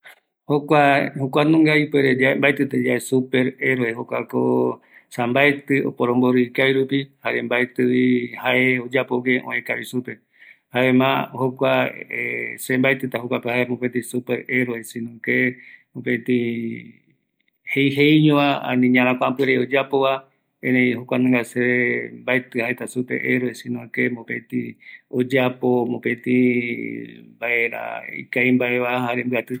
Oimeñoï kuanunga, jare mbaetɨ mopetï super heroe, kuako jei jeiñova, jare oyuvanga rupi ikɨreï mbae oyapo oporomborɨ janga vaera, maetɨ seveguara super heroe